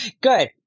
Good